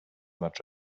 much